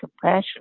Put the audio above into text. compassion